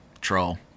troll